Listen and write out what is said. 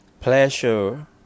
pleasure